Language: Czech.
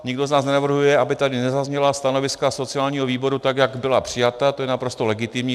Nikdo z nás nenavrhuje, aby tady nezazněla stanoviska sociálního výboru tak, jak byla přijata, to je naprosto legitimní.